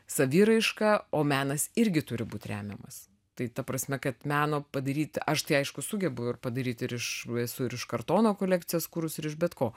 saviraišką o menas irgi turi būt remiamas tai ta prasme kad meno padaryt aš tai aišku sugebu ir padaryt esu ir iš kartono kolekcijas kūrus ir iš bet ko